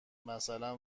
مثلا